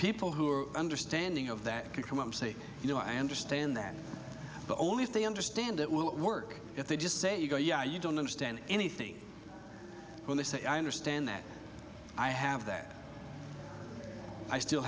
people who are understanding of that could come up and say you know i understand that but only if they understand it will work if they just say you go yeah you don't understand anything when they say i understand that i have that i still